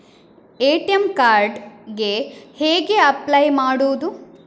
ATM card ಗೆ ಹೇಗೆ apply ಮಾಡುವುದು?